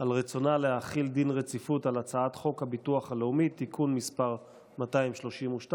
על רצונה להחיל דין רציפות על הצעת חוק הביטוח הלאומי (תיקון מס' 232)